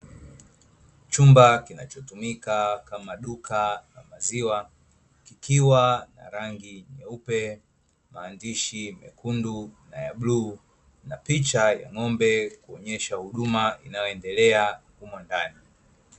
Chumba kinachotumika kama duka la maziwa kikiwa na rangi nyeupe, maandishi mekundu na ya bluu, na picha ya ng’ombe kuonyesha huduma inayoendelea humo ndani.